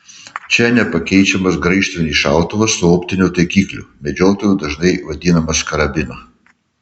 čia nepakeičiamas graižtvinis šautuvas su optiniu taikikliu medžiotojų dažnai vadinamas karabinu